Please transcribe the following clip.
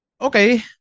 Okay